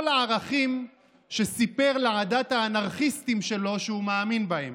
הערכים שסיפר לעדת האנרכיסטים שלו שהוא מאמין בהם.